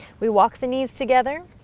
we walk the knees together,